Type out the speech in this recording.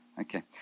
okay